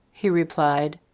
he replied,